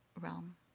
realm